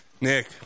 Nick